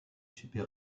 super